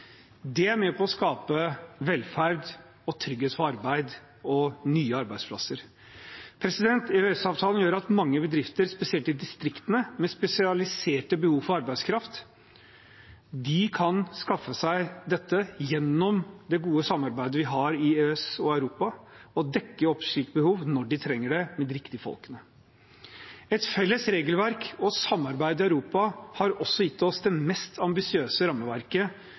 Det er med på å skape velferd og trygghet for arbeid og nye arbeidsplasser. EØS-avtalen gjør at mange bedrifter, spesielt i distriktene, med spesialiserte behov for arbeidskraft kan skaffe seg dette gjennom det gode samarbeidet vi har i EØS og Europa, og dekke opp slike behov når de trenger det, med de riktige menneskene. Et felles regelverk og samarbeid i Europa har også gitt oss det mest ambisiøse rammeverket